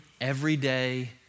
everyday